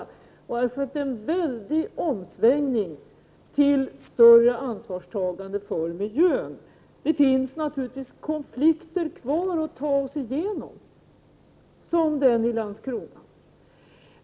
Det kommer att ske en stor omsvängning till ett större ansvarstagande för miljön. Det finns naturligtvis kvar konflikter, exempelvis den i Landskrona, som vi måste ta oss igenom.